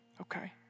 Okay